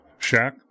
Shaq